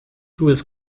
was